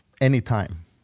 anytime